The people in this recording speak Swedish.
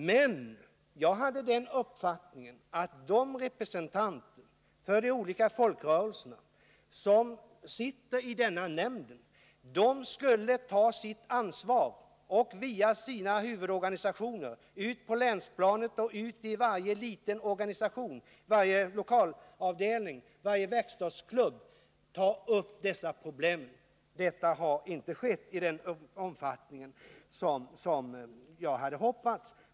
Men enligt min uppfattning borde de representanter för de olika folkrörelserna som sitter i nämnden ha tagit sitt ansvar och via sina huvudorganisationer tagit upp dessa problem ute på länsplanet, i varje liten organisation och lokalavdelning och i varje verkstadsklubb. Detta har inte skett i den omfattning som jag hade hoppats.